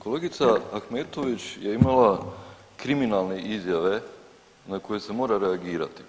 Kolegica Ahmetović je imala kriminalne izjave na koje se mora reagirati.